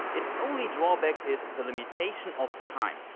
it's only drawback is the limitation of time.